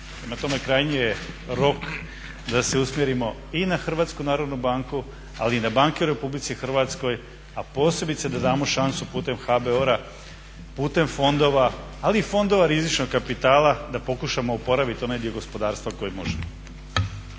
tome, krajnji je rok da se usmjerimo i na Hrvatsku narodnu banku, ali i na banke u RH a posebice da damo šansu putem HBOR-a, putem fondova ali i fondova rizičnog kapitala da pokušamo oporaviti onaj dio gospodarstva koji možemo.